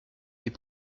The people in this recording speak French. des